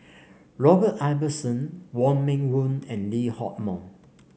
Robert Ibbetson Wong Meng Voon and Lee Hock Moh